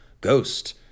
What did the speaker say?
Ghost